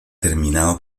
terminado